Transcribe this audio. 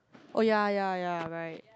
oh ya ya ya right